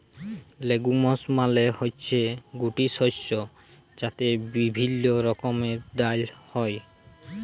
legumes মালে হচ্যে গুটি শস্য যাতে বিভিল্য রকমের ডাল হ্যয়